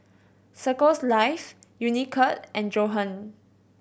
Circles Life Unicurd and Johan